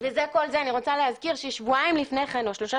אני רוצה להזכיר ששבועיים לפניכן או שלושה